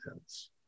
Yes